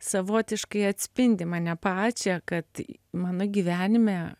savotiškai atspindi mane pačią kad mano gyvenime